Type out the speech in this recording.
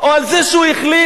או על זה שהוא החליט